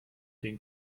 den